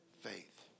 faith